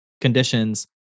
conditions